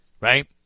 right